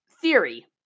theory